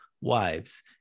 wives